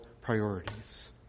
priorities